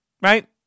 Right